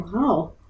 ¡Wow